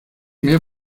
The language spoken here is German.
mir